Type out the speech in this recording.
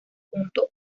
junto